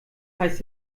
heißt